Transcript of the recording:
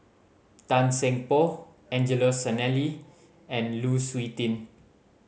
Tan Seng Poh Angelo Sanelli and Lu Suitin